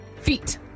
Feet